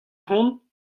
hont